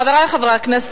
חברי חברי הכנסת,